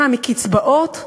מה, מקצבאות?